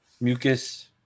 mucus